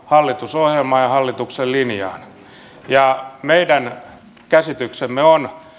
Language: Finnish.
hallitusohjelmaan ja hallituksen linjaan meidän käsityksemme on